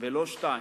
ולא שתיים,